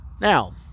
Now